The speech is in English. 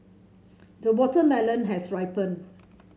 the watermelon has ripened